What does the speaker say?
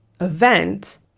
event